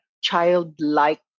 childlike